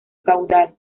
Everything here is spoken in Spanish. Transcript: caudal